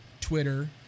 Twitter